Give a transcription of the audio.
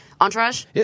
Entourage